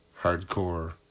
hardcore